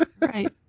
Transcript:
Right